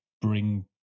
bring